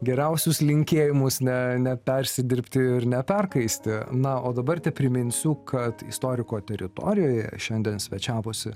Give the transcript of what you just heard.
geriausius linkėjimus ne nepersidirbti ir neperkaisti na o dabar tepriminsiu kad istoriko teritorijoje šiandien svečiavosi